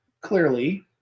clearly